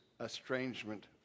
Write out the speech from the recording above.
estrangement